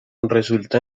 resulta